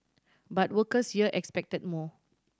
but workers here expected more